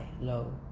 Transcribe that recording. low